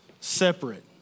separate